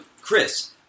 Chris